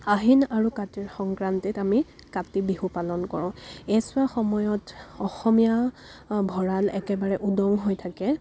আহিন আৰু কাতিৰ সংক্ৰান্তিত আমি কাতি বিহু পালন কৰোঁ এইছোৱা সময়ত অসমীয়া ভঁৰাল একেবাৰে উদং হৈ থাকে